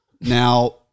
Now